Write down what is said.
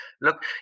Look